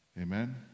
Amen